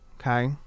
okay